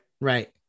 Right